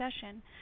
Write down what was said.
session